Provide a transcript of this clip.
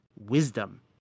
wisdom